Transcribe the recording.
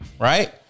right